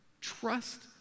Trust